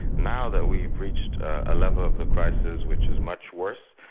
now that we've reached a level of the crisis which is much worse,